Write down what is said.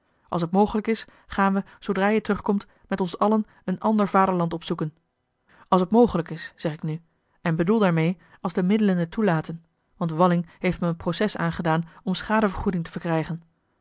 als het mogelijk is gaan we zoodra je terugkomt met ons allen een ander vaderland opzoeken als het mogelijk is zeg ik nu en bedoel daarmee als de middelen het toelaten want walling heeft me een proces aangedaan om schadevergoeding te verkrijgen